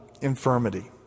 infirmity